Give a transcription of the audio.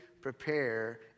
prepare